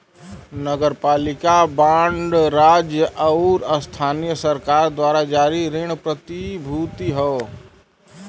नगरपालिका बांड राज्य आउर स्थानीय सरकार द्वारा जारी ऋण प्रतिभूति हौ